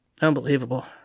Unbelievable